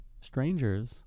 Strangers